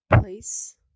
place